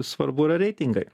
svarbu yra reitingai